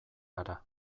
gara